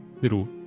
little